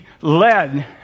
led